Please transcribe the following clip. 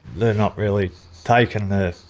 they're not really taking the